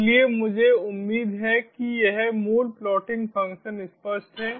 इसलिए मुझे उम्मीद है कि यह मूल प्लॉटिंग फ़ंक्शन स्पष्ट है